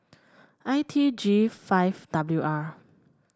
I T G five W R